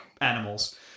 animals